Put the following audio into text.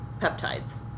peptides